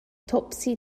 topsy